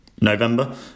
November